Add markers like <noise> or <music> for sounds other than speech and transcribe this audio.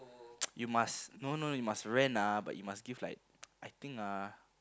<noise> you must no no you must rant lah but you must give like I think ah